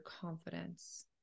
confidence